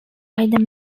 either